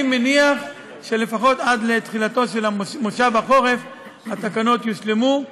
אני מניח שלפחות עד תחילתו של כנס החורף התקנות יושלמו.